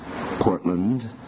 Portland